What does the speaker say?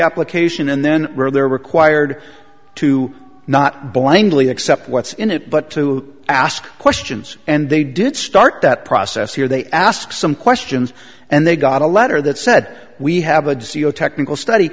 application and then they're required to not blindly accept what's in it but to ask questions and they did start that process here they ask some questions and they got a letter that said we have a technical study